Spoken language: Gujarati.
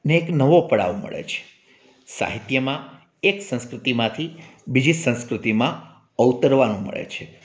ને એક નવો પડાવ મળે છે સાહિત્યમાં એક સંસ્કૃતિમાંથી બીજી સંસ્કૃતિમાં અવતરવાનું મળે છે